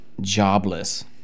Jobless